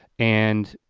and